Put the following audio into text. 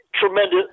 Tremendous